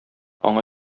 аңа